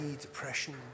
depression